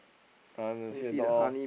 see the door